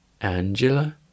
Angela